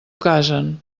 casen